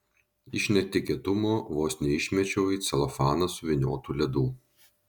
iš netikėtumo vos neišmečiau į celofaną suvyniotų ledų